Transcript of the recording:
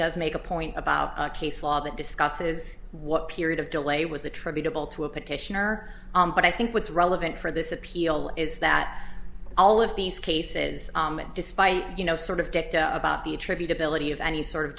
does make a point about a case law that discusses what period of delay was attributable to a petitioner but i think what's relevant for this appeal is that all of these cases despite you know sort of about the attribute ability of any sort of